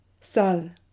sal